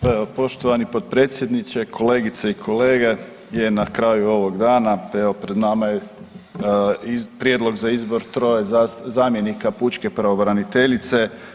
Pa evo poštovani potpredsjedniče, kolegice i kolege evo na kraju ovog dana evo pred nama je prijedlog za izbor troje zamjenika pučke pravobraniteljice.